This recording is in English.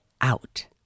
out